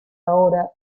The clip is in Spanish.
ahora